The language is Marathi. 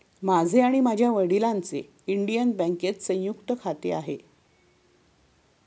माझे आणि माझ्या वडिलांचे इंडियन बँकेत संयुक्त खाते आहे